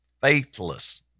faithless